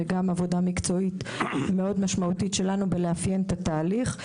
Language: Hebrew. ועבודה מקצועית מאוד משמעותית שלנו בלאפיין את התהליך.